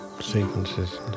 sequences